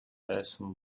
байсан